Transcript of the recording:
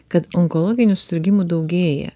kad onkologinių susirgimų daugėja